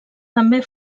també